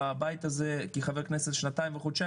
בבית הזה חבר כנסת שנתיים וחודשיים